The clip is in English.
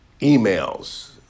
emails